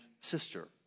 sister